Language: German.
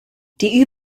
die